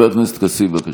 בבקשה.